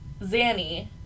Zanny